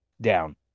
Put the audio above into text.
down